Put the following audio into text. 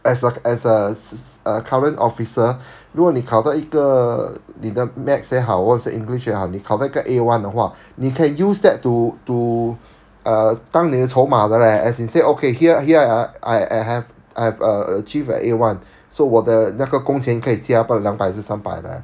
as a as a uh current officer 如果你考到一个你的 maths 也好还是 english 也好你考到一个 A one 的话你可以 use that to to uh 当年重码的 leh as in say okay here here I I I have I have achieved a A one so 我的那个工钱可以加到两百还是三百的 eh